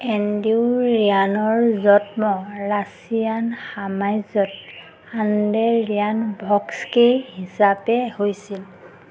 Andrew ৰিয়ানৰ জন্ম Russian সাম্ৰাজ্যত আন্দ্ৰে' ৰিয়ান'ভস্কি হিচাপে হৈছিল